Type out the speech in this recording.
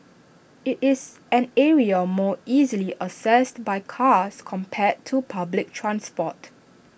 IT is an area more easily accessed by cars compared to public transport